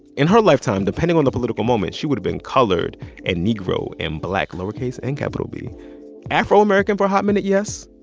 in her lifetime, depending on the political moment, she would've been colored and negro and black lowercase and capital b afro-american for a hot minute, yes,